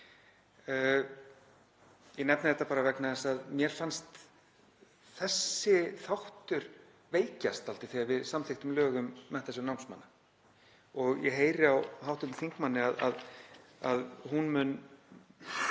Ég nefni þetta bara vegna þess að mér fannst þessi þáttur veikjast dálítið þegar við samþykktum lög um Menntasjóð námsmanna. Ég heyri á hv. þingmanni að hún mun